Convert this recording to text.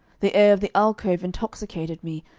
the air of the alcove intoxicated me,